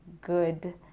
good